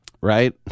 Right